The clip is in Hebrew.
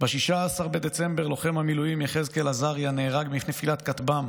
ב-16 בדצמבר לוחם המילואים יחזקאל עזריה נהרג מנפילת כטב"מ